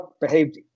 behaved